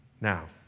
now